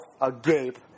agape